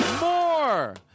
More